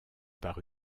par